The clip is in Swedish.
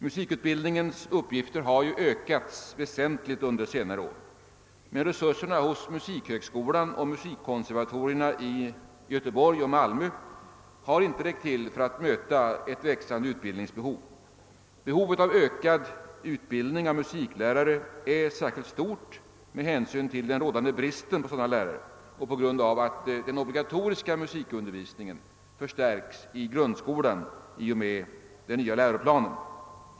Musikutbildningens uppgifter har ju ökats väsentligt under senare år, men resurserna vid musikhögskolan och musikkonservatorierna i Göteborg och Malmö har inte räckt till för att möta ett växande utbildningsbehov. Behovet av ökad utbildning av musiklärare är särskilt stort med hänsyn till den rådande bristen på sådana lärare och på grund av att den obligatoriska musikundervisningen förstärks i grundskolan i och med den nya läroplanen.